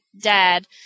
Dad